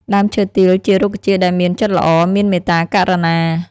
ដើមឈើទាលជារុក្ខជាតិដែលមានចិត្តល្អ មានមេត្តាករុណា។